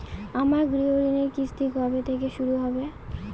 আমার গৃহঋণের কিস্তি কবে থেকে শুরু হবে?